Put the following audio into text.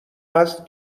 است